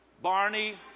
Barney